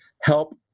help